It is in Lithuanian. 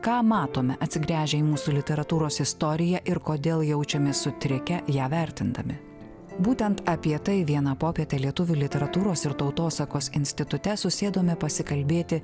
ką matome atsigręžę į mūsų literatūros istoriją ir kodėl jaučiamės sutrikę ją vertindami būtent apie tai vieną popietę lietuvių literatūros ir tautosakos institute susėdome pasikalbėti